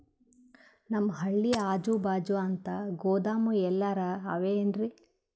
ನಮ್ ಹಳ್ಳಿ ಅಜುಬಾಜು ಅಂತ ಗೋದಾಮ ಎಲ್ಲರೆ ಅವೇನ್ರಿ?